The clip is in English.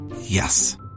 Yes